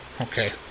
Okay